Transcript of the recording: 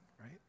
right